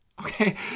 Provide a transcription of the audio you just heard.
Okay